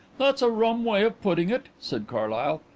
that's a rum way of putting it, said carlyle.